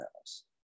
else